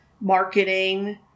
marketing